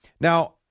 Now